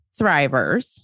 Thrivers